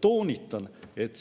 Toonitan, et